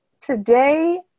today